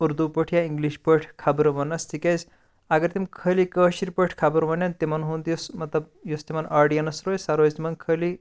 اردوٗ پٲٹھۍ یا اِنٛگلِش پٲٹھۍ خَبرٕ وَننَس تِکیازِ اگر تِم خٲلی کٲشِر پٲٹھۍ خَبر وَنَن تِمَن ہُنٛد یُس مَطلَب یُس تِمَن اوڈینٕس روزِ سۄ روزِ تِمَن خٲلی